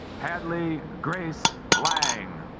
hadley grace lang